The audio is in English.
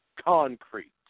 concrete